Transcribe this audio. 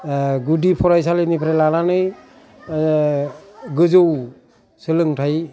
गुदि फरायसालिनिफ्राय लानानै गोजाै सोलोंथाय